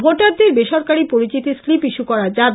ভোটারদের বেসরকারী পরিচিতি প্লিপ ইস্যু করা যাবে